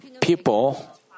People